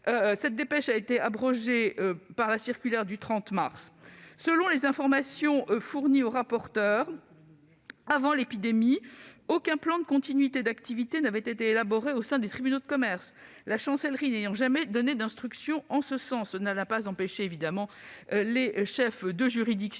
Cette dépêche a été abrogée par la circulaire du 30 mars 2020 [...].« Selon les informations fournies aux rapporteurs avant la survenue de l'épidémie, aucun plan de continuité d'activité n'avait été élaboré au sein des tribunaux de commerce, la Chancellerie n'ayant jamais donné d'instructions en ce sens. Cela n'a pas empêché les chefs de juridiction